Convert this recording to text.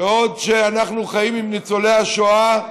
שבעוד אנחנו חיים עם ניצולי השואה,